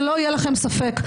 שלא יהיה לכם ספק.